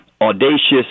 audacious